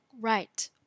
right